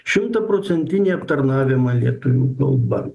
šimtaprocentinį aptarnavimą lietuvių kalba